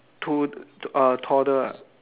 to~ t~ uh toddler